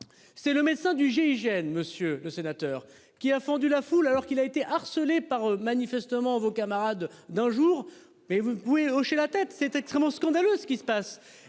C'est le médecin du GIGN. Monsieur le sénateur qui a fendu la foule alors qu'il a été harcelé par manifestement vos camarades d'un jour. Mais vous pouvez hocher la tête c'est extrêmement scandaleux ce qui se passe